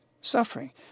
suffering